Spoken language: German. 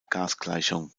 gasgleichung